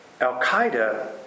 Al-Qaeda